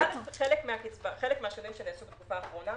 חלק מהשינויים שנעשו בתקופה האחרונה